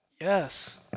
Yes